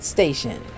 Station